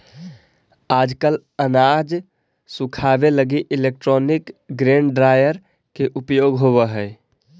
आजकल अनाज सुखावे लगी इलैक्ट्रोनिक ग्रेन ड्रॉयर के उपयोग होवऽ हई